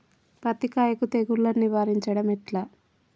పత్తి కాయకు తెగుళ్లను నివారించడం ఎట్లా?